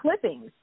clippings